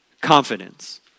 confidence